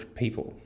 people